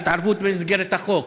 התערבות במסגרת החוק.